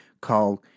called